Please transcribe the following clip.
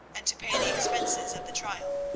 and to pay the expenses of the trial.